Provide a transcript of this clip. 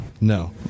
No